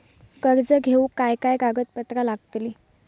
कर्ज घेऊक काय काय कागदपत्र लागतली?